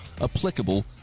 applicable